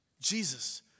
Jesus